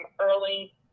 early